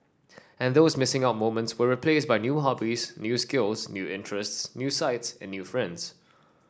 and those missing out moments were replaced by new hobbies new skills new interests new sights and new friends